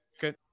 good